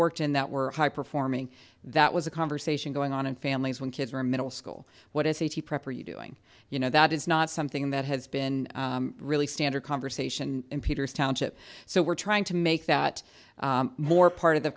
worked in that were high performing that was a conversation going on in families when kids were in middle school what is he proper you doing you know that is not something that has been really standard conversation in peters township so we're trying to make that more part of the